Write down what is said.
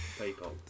people